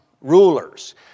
rulers